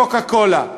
או מ"קוקה-קולה".